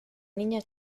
niña